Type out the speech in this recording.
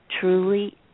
truly